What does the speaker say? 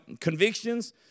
convictions